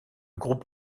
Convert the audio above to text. groupe